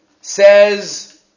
Says